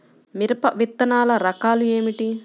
మిరప విత్తనాల రకాలు ఏమిటి?